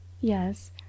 yes